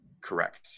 correct